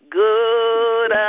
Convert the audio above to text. good